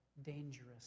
dangerous